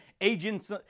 Agents